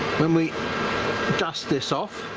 when we dust this off